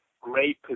great